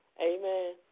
Amen